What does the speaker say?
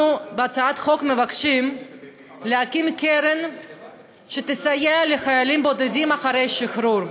בהצעת החוק אנחנו מבקשים להקים קרן שתסייע לחיילים בודדים אחרי השחרור.